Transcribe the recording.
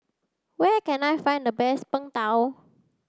where can I find the best png tao